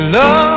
Love